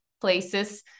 places